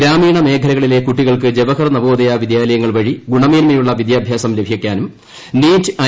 ഗ്രാമീണ മേഖലകളിലെ കുട്ടികൾക്ക് ജവഹർ നവോദയ വിദ്യാലയങ്ങൾ വഴി ഗുണമേന്മയുളള വിദ്യാഭ്യാസ ലഭിക്കാനും നീറ്റ് ഐ